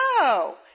No